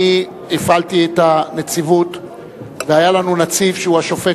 אני הבנתי שהוא מסכים